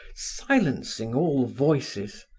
silencing all voices.